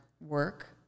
work